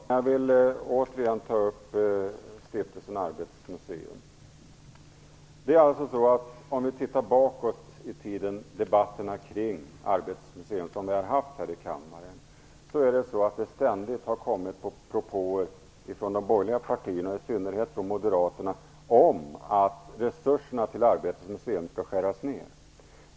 Fru talman! Jag vill återigen ta upp Stiftelsen Arbetets museum. Om vi tittar bakåt i tiden och på de debatter om Arbetets museum som vi har haft här i kammaren, finner vi att det ständigt har kommit propåer från de borgerliga partierna, i synnerhet från Moderaterna, om att resurserna till Arbetets museum skall skäras ned.